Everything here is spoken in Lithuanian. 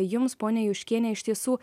jums ponia juškiene iš tiesų